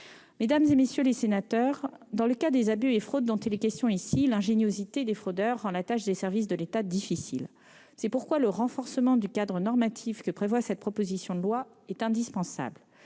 Mesdames, messieurs les sénateurs, dans le cas des abus et fraudes dont il est question ici, l'ingéniosité des fraudeurs rend la tâche des services de l'État difficile. C'est pourquoi le renforcement du cadre normatif que prévoit cette proposition de loi est indispensable.